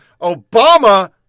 Obama